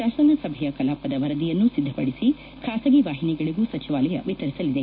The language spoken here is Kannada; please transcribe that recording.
ಶಾಸನ ಸಭೆಯ ಕಲಾಪದ ವರದಿಯನ್ನು ಸಿದ್ಲಪಡಿಸಿ ಖಾಸಗಿ ವಾಹಿನಿಗಳಿಗೂ ಸಚಿವಾಲಯ ವಿತರಿಸಲಿದೆ